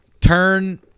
turn